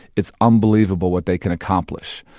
it's unbelievable what they can accomplish.